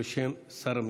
בשם שר המשפטים.